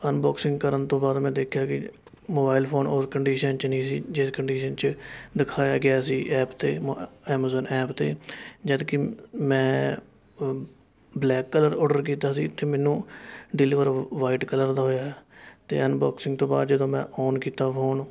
unboxing ਕਰਨ ਤੋਂ ਬਾਅਦ ਮੈਂ ਦੇਖਿਆ ਕਿ ਮੋਬਾਈਲ ਫ਼ੋਨ ਉਸ ਕੰਡੀਸ਼ਨ 'ਚ ਨਹੀਂ ਸੀ ਜਿਸ ਕੰਡੀਸ਼ਨ 'ਚ ਦਿਖਾਇਆ ਗਿਆ ਸੀ ਐਪ 'ਤੇ ਐਮਾਜ਼ਨ ਐਪ 'ਤੇ ਜਦ ਕਿ ਮੈਂ ਬਲੈਕ ਕਲਰ ਔਡਰ ਕੀਤਾ ਸੀ ਅਤੇ ਮੈਨੂੰ ਡਿਲੀਵਰ ਵਾਈਟ ਕਲਰ ਦਾ ਹੋਇਆ ਅਤੇ ਅਨਬੋਕਸਿੰਗ ਤੋਂ ਬਾਅਦ ਜਦੋਂ ਮੈਂ ਔਨ ਕੀਤਾ ਫ਼ੋਨ